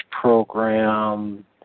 program